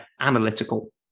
analytical